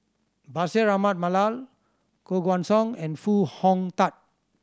Bashir Ahmad Mallal Koh Guan Song and Foo Hong Tatt